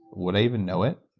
would i even know it?